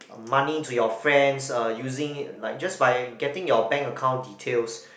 money to your friends uh using it like just by getting your bank account details